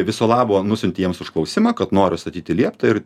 viso labo nusiunti jiems užklausimą kad noriu statyti lieptą ir